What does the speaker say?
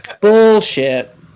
Bullshit